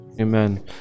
Amen